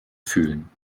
fühlen